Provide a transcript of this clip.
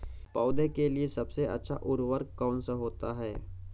पौधे के लिए सबसे अच्छा उर्वरक कौन सा होता है?